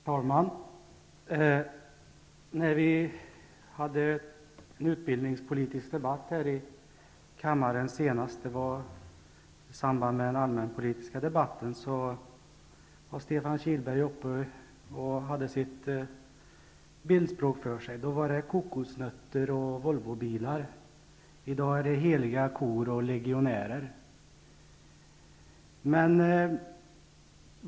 Herr talman! När vi senast hade en utbildningspolitisk debatt här i kammaren, vilket var i samband med den allmänpolitiska debatten, var Stefan Kilhberg uppe i talarstolen och anförde sitt bildspråk. Vid det tillfället handlade det om kokosnötter och Volvobilar. I dag handlar det om heliga kor och legionärer.